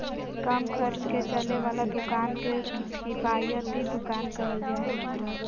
कम खर्च में चले वाला दुकान के किफायती दुकान कहल जा हइ